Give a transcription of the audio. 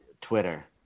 Twitter